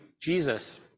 Jesus